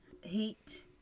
heat